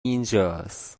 اینجاس